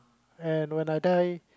and when I die